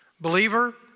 Believer